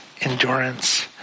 endurance